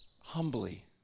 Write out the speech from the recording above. humbly